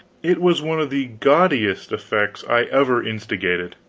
it was one of the gaudiest effects i ever instigated.